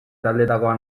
taldetakoa